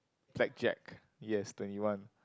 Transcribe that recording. Blackjack yes twenty one